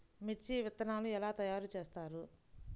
మిర్చి విత్తనాలు ఎలా తయారు చేస్తారు?